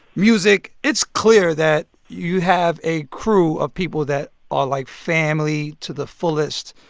music. it's clear that you have a crew of people that are like family to the fullest.